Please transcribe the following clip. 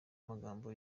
amagambo